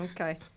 okay